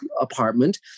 Apartment